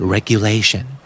Regulation